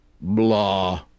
Blah